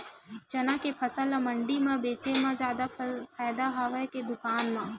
चना के फसल ल मंडी म बेचे म जादा फ़ायदा हवय के दुकान म?